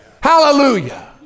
hallelujah